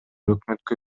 өкмөткө